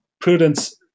prudence